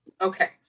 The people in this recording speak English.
Okay